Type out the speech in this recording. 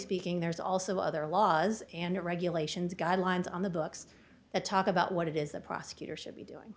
speaking there's also other laws and regulations guidelines on the books that talk about what it is the prosecutor should be doing